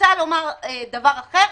רוצה לומר דבר אחר,